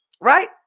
right